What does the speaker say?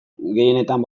gehienetan